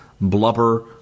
blubber